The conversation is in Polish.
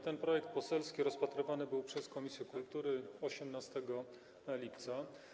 Ten projekt poselski rozpatrywany był przez komisję kultury 18 lipca.